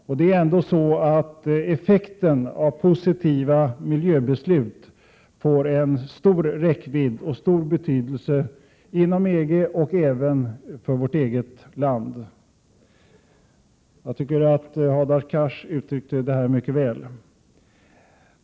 Och effekten av positiva miljöbeslut får ändå stor betydelse inom EG och även för vårt eget land. Jag tycker att Hadar Cars uttryckte det mycket väl.